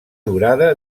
durada